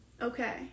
Okay